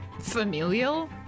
familial